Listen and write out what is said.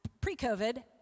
pre-COVID